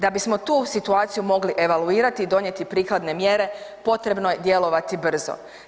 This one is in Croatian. Da bismo tu situaciju mogli evaluirati i donijeti prikladne mjere, potrebno je djelovati brzo.